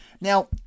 Now